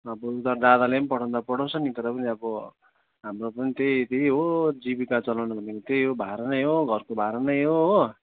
हुनु त दादाले पनि पठाउनु त पठाउँछ नि तर पनि अब हाम्रो पनि त्यही त्यही हो जीविका चलाउनु पनि त्यही हो भाडा नै हो घरको भाडा नै हो हो